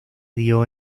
dio